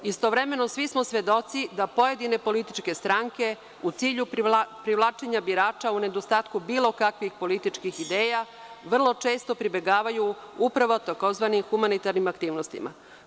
Istovremeno svi smo svedoci da pojedine političke stranke u cilju privlačenja birača u nedostatku bilo kakvih političkih ideja vrlo često pribegavaju upravo tzv. humanitarnim aktivnostima.